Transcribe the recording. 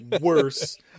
worse